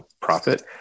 profit